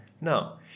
No